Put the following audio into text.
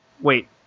wait